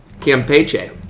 Campeche